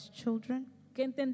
children